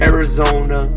Arizona